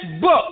book